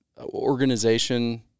organization